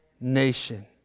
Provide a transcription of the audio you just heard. nation